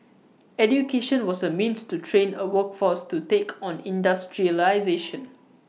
education was A means to train A workforce to take on industrialisation